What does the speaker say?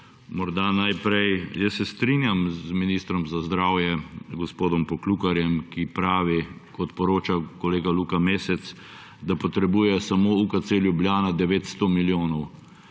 Morda najprej, jaz se strinjam z ministrom za zdravje gospodom Poklukarjem, ki pravi, kot poroča kolega Luka Mesec, da potrebuje samo UKC Ljubljana 900 milijonov.